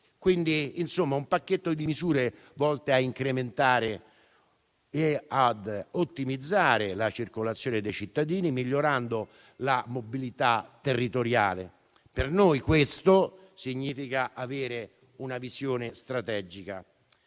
quindi di un pacchetto di misure volte a incrementare e ottimizzare la circolazione dei cittadini, migliorando la mobilità territoriale. Per noi questo significa avere una visione strategica.